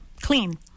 clean